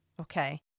Okay